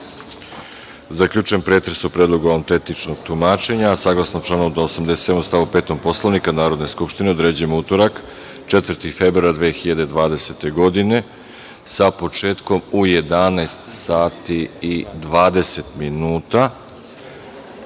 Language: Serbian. zaključujem pretres o Predlogu autentičnog tumačenja. Saglasno članu 87. stav 5. Poslovnika Narodne skupštine, određujem utorak, 4. februar 2020. godine, sa početkom u 11.20 časova,